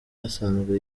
asanzwe